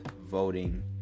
voting